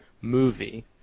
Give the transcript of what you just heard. movie